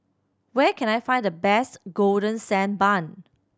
where can I find the best Golden Sand Bun